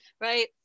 right